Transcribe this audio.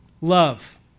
Love